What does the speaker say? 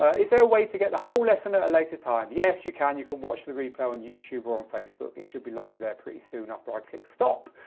is there a way to get the whole lesson at a later time? yes, you can, you can watch the replay on youtube or on facebook, it should be live there pretty soon after i click stop.